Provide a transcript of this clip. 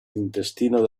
intestino